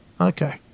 Okay